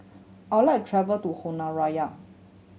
I would like travel to Honiara